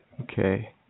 Okay